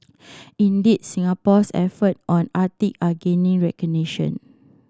indeed Singapore's effort on Arctic are gaining recognition